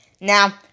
Now